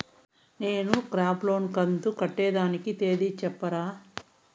నేను crop loan కంతు కట్టేదానికి తేది సెప్తారా?